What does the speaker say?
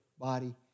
body